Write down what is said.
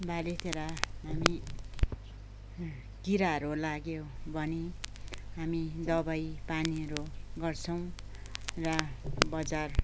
बालीतिर हामी किराहरू लाग्यो भने हामी दबाई पानीहरू गर्छौँ र बजार